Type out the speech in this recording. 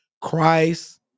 Christ